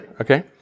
Okay